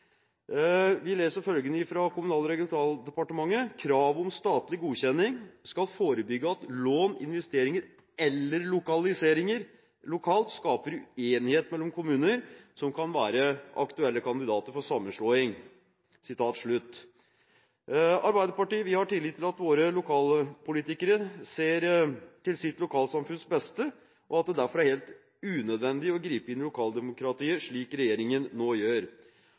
Vi leser følgende fra Kommunal- og regionaldepartementet: «Kravet om statlig godkjenning skal forebygge at lån, investeringer eller lokaliseringer lokalt skaper uenighet mellom kommuner som kan være aktuelle kandidater for sammenslåing.» I Arbeiderpartiet har vi tillit til at våre lokalpolitikere ser sitt lokalsamfunns beste, og at det derfor er helt unødvendig å gripe inn i lokaldemokratiet, slik regjeringen nå gjør.